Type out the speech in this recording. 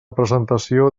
presentació